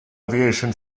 aviation